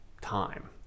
time